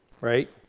right